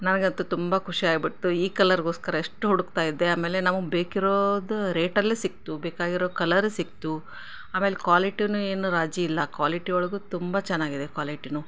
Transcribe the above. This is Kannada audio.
ನನಗಂತೂ ತುಂಬ ಖುಷ್ಯಾಗ್ಬಿಡ್ತು ಈ ಕಲರಿಗೋಸ್ಕರ ಎಷ್ಟು ಹುಡುಕ್ತಾ ಇದ್ದೆ ಆಮೇಲೆ ನಮಗೆ ಬೇಕಿರೋದು ರೇಟಲ್ಲೇ ಸಿಕ್ತು ಬೇಕಾಗಿರೊ ಕಲರೇ ಸಿಕ್ತು ಆಮೇಲೆ ಕ್ವಾಲಿಟಿಯೂ ಏನು ರಾಜಿ ಇಲ್ಲ ಕ್ವಾಲಿಟಿ ಒಳಗೂ ತುಂಬ ಚೆನ್ನಾಗಿದೆ ಕ್ವಾಲಿಟಿಯೂ